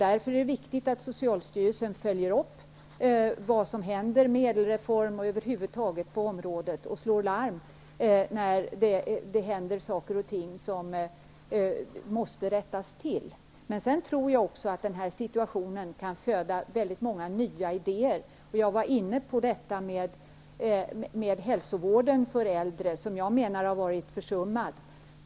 Därför är det viktigt att socialstyrelsen följer upp vad som händer med ÄDEL-reformen och över huvud taget på området och slår larm när det händer saker och ting som måste rättas till. Sedan tror jag att situationen kan föda väldigt många nya idéer. Jag var inne på detta med hälsovård för äldre. Den har varit försummad.